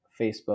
Facebook